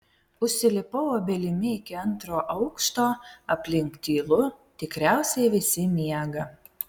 užsilipau obelimi iki antro aukšto aplink tylu tikriausiai visi miega